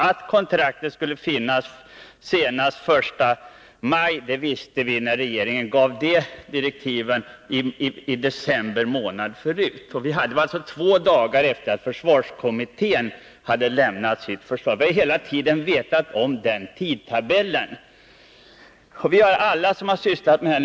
Att kontraktet skulle finnas senast den 1 maj visste vi, eftersom regeringen hade givit direktiven härom i december månad förra året, två dagar efter det försvarskommittén lämnade sitt betänkande. Vi har hela tiden därefter känt till den tidtabellen.